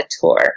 tour